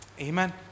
Amen